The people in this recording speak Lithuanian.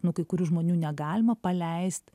nu kai kurių žmonių negalima paleist